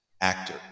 actor